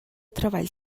treball